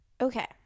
Okay